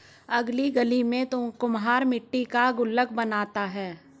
अगली गली में कुम्हार मट्टी का गुल्लक बनाता है